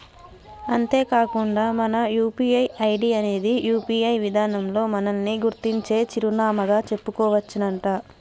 అంతేకాకుండా మన UPI ID అనేది యూ.పీ.ఐ విధానంలో మనల్ని గుర్తించే చిరునామాగా చెప్పుకోవచ్చునంట